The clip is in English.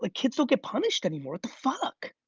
like kids don't get punished anymore. the fuck?